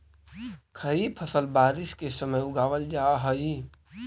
खरीफ फसल बारिश के समय उगावल जा हइ